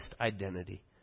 identity